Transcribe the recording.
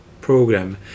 program